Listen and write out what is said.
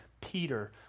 Peter